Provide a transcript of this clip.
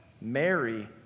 Mary